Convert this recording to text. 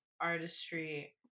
artistry